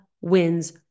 wins